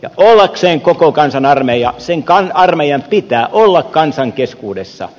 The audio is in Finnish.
ja ollakseen koko kansan armeija sen armeijan pitää olla kansan keskuudessa